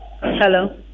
Hello